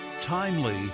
timely